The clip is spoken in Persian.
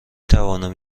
توانم